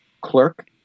clerk